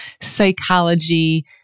psychology